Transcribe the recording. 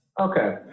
okay